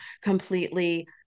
completely